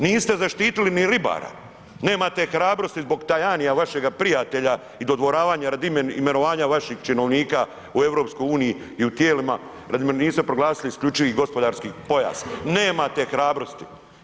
Niste zaštitili ni ribare, nemate hrabrosti zbog Tajanija vašega prijatelja i dodvoravanja radi imenovanja vaših činovnika u EU i u tijelima niste proglasili isključivi gospodarski pojas, nemate hrabrosti.